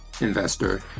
investor